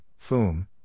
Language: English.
FOOM